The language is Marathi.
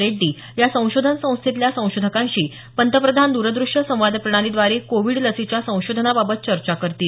रेड्डी या संशोधन संस्थेतल्या संशोधकांशी पंतप्रधान दूरदृश्य संवाद प्रणालीद्वारे कोविड लसीच्या संशोधनाबाबत चर्चा करतील